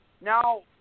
Now